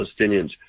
Palestinians